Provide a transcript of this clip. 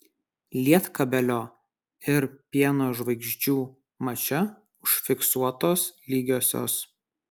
lietkabelio ir pieno žvaigždžių mače užfiksuotos lygiosios